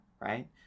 right